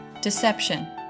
Deception